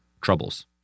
troubles